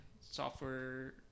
software